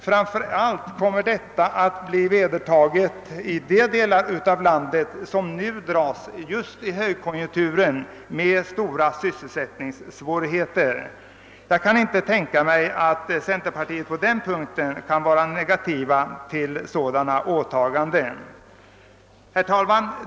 Framför allt kommer detta att bli vedertaget i de delar av landet som nu trots högkonjunkturen dras med stora sysselsättningssvårigheter. Jag kan inte tänka mig att centerpartiet kan ställa sig negativt till sådana åtaganden.